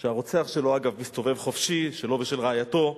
שהרוצח שלו, אגב, מסתובב חופשי, שלו ושל רעייתו.